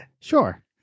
Sure